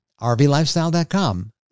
rvlifestyle.com